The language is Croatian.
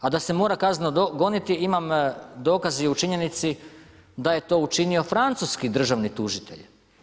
A da se mora kazneno goniti, imam dokaz i u činjenici, da je to učinio francuski državni tužitelj.